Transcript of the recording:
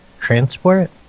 transport